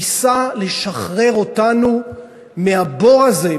ניסו לשחרר אותנו מהבור הזה,